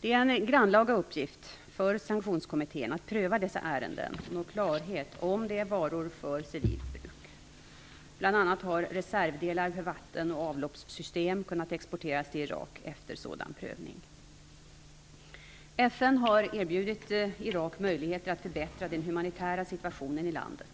Det är en grannlaga uppgift för Sanktionskommittén att pröva dessa ärenden och nå klarhet om det är varor för civilt bruk. Bl.a. har reservdelar för vattenoch avloppssystem kunnat exporteras till Irak efter sådan prövning. FN har erbjudit Irak möjligheter att förbättra den humanitära situationen i landet.